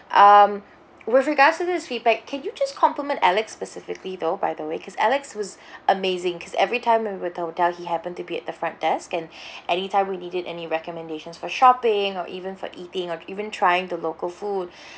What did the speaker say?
um with regards to this feedback can you just complement alex specifically though by the way because alex was amazing because every time when we're at the hotel he happened to be at the front desk and anytime we needed any recommendations for shopping or even for eating or even trying the local food